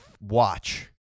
watch